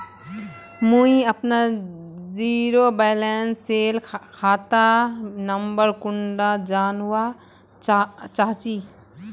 मुई अपना zero balance सेल खाता नंबर कुंडा जानवा चाहची?